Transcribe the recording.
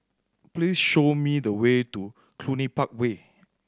please show me the way to Cluny Park Way